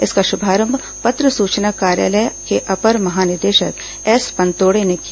इसका शुभारंभ पत्र सूचना कार्यालय के अपर महानिदेशक एस ँ पनतोड़े ने किया